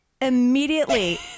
immediately